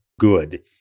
good